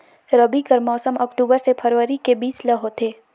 रबी कर मौसम अक्टूबर से फरवरी के बीच ल होथे